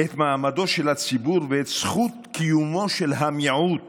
את מעמדו של הציבור ואת זכות קיומו של המיעוט